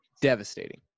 devastating